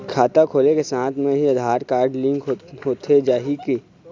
खाता खोले के साथ म ही आधार कारड लिंक होथे जाही की?